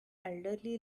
elderly